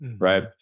Right